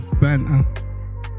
banter